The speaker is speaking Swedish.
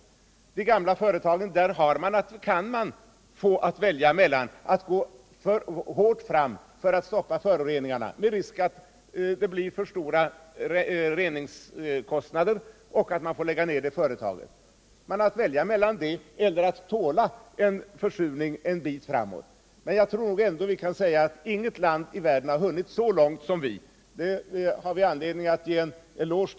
När det gäller de gamla företagen kan man få välja mellan att gå hårt fram för att stoppa föroreningarna, med risk för att det blir alltför stora reningskostnader så att företaget får läggas ned, och att behålla en försurning en tid framåt. Jag tror ändå att inget annat land i världen har hunnit så långt som vårt när det gäller rening av vattnen.